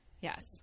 Yes